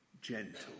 gentle